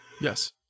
Yes